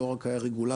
לא רק היה רגולטור,